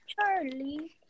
Charlie